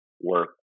work